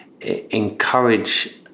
encourage